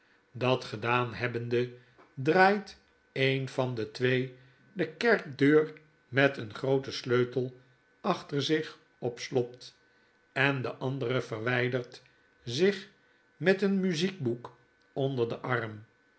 dat gedaan hebbende draait een van de twee de kerkdeur met een grooten sleutel achter zich op slot en de andere verwydert zich met een muziekboek onder den arm